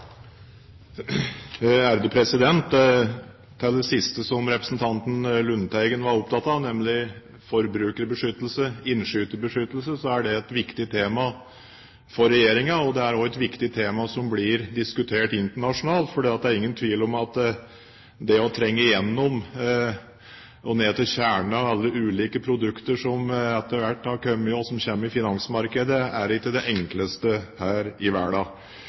Til det siste som representanten Lundteigen var opptatt av, nemlig forbrukerbeskyttelse og innskyterbeskyttelse: Det er et viktig tema for regjeringen. Det er også et viktig tema som blir diskutert internasjonalt. For det er ingen tvil om at det å trenge gjennom og ned til kjernen av alle ulike produkter som etter hvert har kommet, og som kommer i finansmarkedet, ikke er det enkleste her i